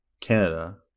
Canada